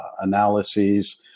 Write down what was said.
analyses